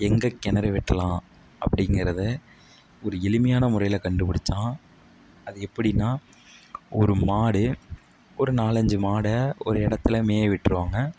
எங்கே கிணறு வெட்டலாம் அப்படிங்கிறத ஒரு எளிமையான முறையில் கண்டுப்பிடிச்சான் அது எப்படின்னா ஒரு மாடு ஒரு நாலு அஞ்சு மாடை ஒரு இடத்துல மேய விட்டிருவாங்க